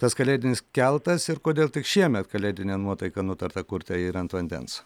tas kalėdinis keltas ir kodėl tik šiemet kalėdinę nuotaiką nutarta kurti ir ant vandens